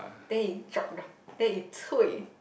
then it drop down then it 粹